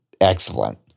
excellent